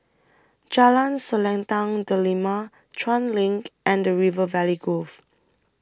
Jalan Selendang Delima Chuan LINK and River Valley Grove